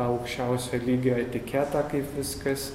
aukščiausio lygio etiketą kaip viskas